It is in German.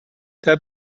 der